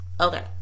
Okay